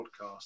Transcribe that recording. podcast